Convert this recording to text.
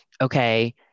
okay